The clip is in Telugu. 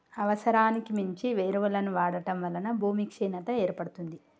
అవసరానికి మించి ఎరువులను వాడటం వలన భూమి క్షీణత ఏర్పడుతుంది